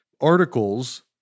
articles